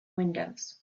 windows